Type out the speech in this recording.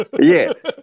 Yes